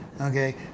Okay